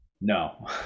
No